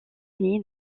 nid